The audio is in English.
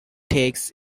takes